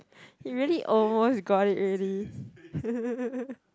he really almost got it already